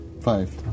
Five